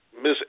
Miss